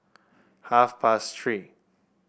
half past Three